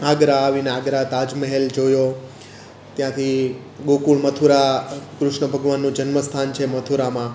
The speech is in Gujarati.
આગ્રા આવીને આગ્રા તાજ મહેલ જોયો ત્યાંથી ગોકુલ મથુરા કૃષ્ન ભગવાનનું જન્મસ્થાન છે મથુરામાં